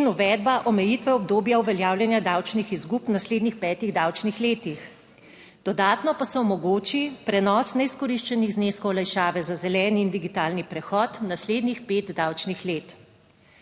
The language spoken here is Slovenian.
in uvedba omejitve obdobja uveljavljanja davčnih izgub v naslednjih petih davčnih letih. Dodatno pa se omogoči prenos neizkoriščenih zneskov olajšave za zeleni in digitalni prehod v naslednjih pet davčnih let.